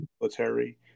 military